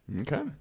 Okay